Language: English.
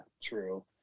true